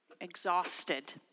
exhausted